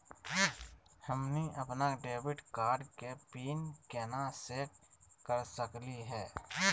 हमनी अपन debit card के पीन केना सेट कर सकली हे?